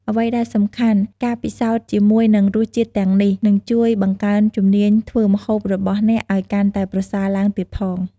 អ្វីដែលសំខាន់ ការពិសោធន៍ជាមួយនឹងរសជាតិទាំងនេះ នឹងជួយបង្កើនជំនាញធ្វើម្ហូបរបស់អ្នកឱ្យកាន់តែប្រសើរឡើងទៀតផង។